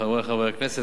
חברי חברי הכנסת,